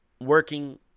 working